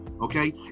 Okay